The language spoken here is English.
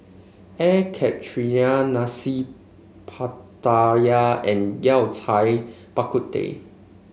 Air Karthira Nasi Pattaya and Yao Cai Bak Kut Teh